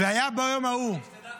"והיה ביום ההוא ---" שתדע,